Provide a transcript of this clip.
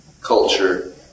culture